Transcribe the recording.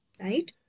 right